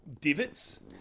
Divots